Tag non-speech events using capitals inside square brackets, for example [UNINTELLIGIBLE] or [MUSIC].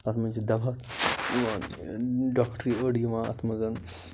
اَتھ منٛز چھِ [UNINTELLIGIBLE] ڈاکٹری ٲڑ یِوان اتھ منٛز